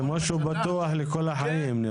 זה משהו פתוח לכל החיים.